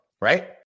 right